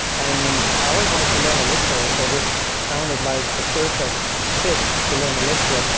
and i always wanted to learn elixir, so this sounded like the perfect fit to learn elixir.